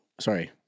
sorry